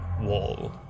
wall